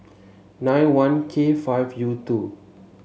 nine one K five U two